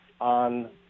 on